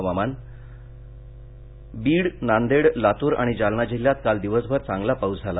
हवामान बीड नांदेड लातूर आणि जालना जिल्ह्यात काल दिवसभर चांगला पाउस झाला